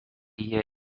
jie